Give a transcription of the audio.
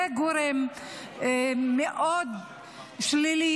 זה גורם מאוד שלילי,